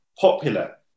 popular